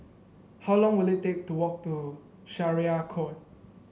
how long will it take to walk to Syariah Court